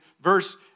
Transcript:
verse